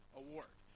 award